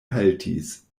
haltis